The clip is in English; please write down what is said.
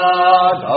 God